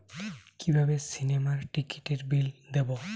কিভাবে সিনেমার টিকিটের বিল দেবো?